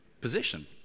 position